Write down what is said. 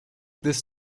this